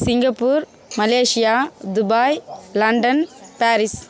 Singapore Malaysia Dubai London Paris